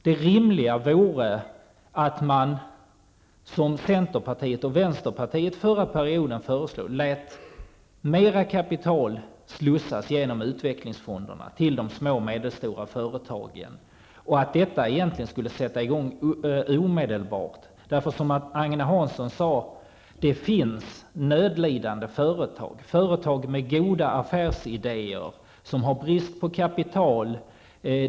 Det rimliga vore att man, som centern och vänstern under förra perioden föreslog, lät mer kapital slussas genom utvecklingsfonderna till de små och medelstora företagen och att detta egentligen sattes i gång omedelbart. Som Agne Hansson sade finns det nödlidande företag med goda affärsidéer men som har brist på kapital.